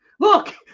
Look